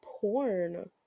porn